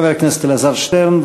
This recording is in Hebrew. חבר הכנסת אלעזר שטרן,